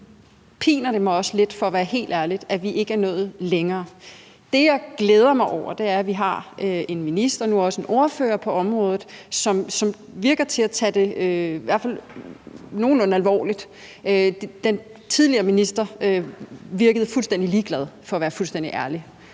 piner det mig for at være helt ærlig også lidt, at vi ikke er nået længere. Det, jeg glæder mig over, er, at vi har en minister og nu også en ordfører på området, som lader til at tage det i hvert fald nogenlunde alvorligt. Den tidligere minister virkede for at være helt ærlig